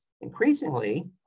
increasingly